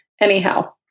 Anyhow